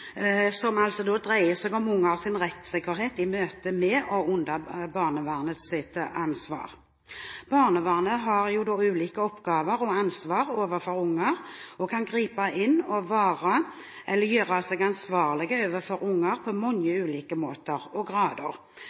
møte med barnevernet, eller som er under barnevernets ansvar. Barnevernet har ulike oppgaver og ansvar overfor unger og kan gripe inn og gjøre seg ansvarlig overfor unger på mange ulike måter og